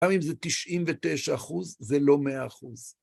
גם אם זה 99 אחוז, זה לא 100 אחוז.